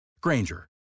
Granger